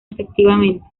efectivamente